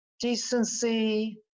decency